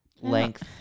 length